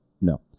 no